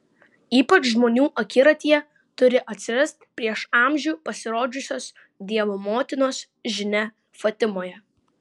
ypač žmonių akiratyje turi atsirasti prieš amžių pasirodžiusios dievo motinos žinia fatimoje